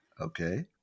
Okay